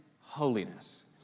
holiness